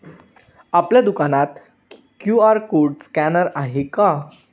आपल्या दुकानात QR code scanner आहे का?